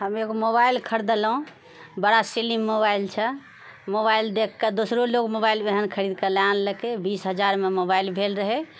हम एगो मोबाइल खरीदलहुँ बड़ा सिली मोबाइल छै मोबाइल देखि कऽ दोसरो लोग मोबाइल ओहन खरीद कऽ लए आनलकै बीस हजारमे मोबाइल भेल रहए